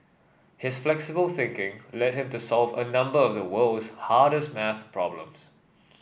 his flexible thinking led him to solve a number of the world's hardest math problems